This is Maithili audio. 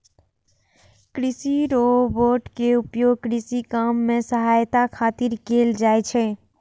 कृषि रोबोट के उपयोग कृषि काम मे सहायता खातिर कैल जाइ छै